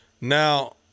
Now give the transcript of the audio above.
Now